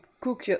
cook